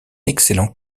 excellent